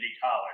college